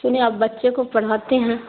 سنے آپ بچے کو پڑھاتے ہیں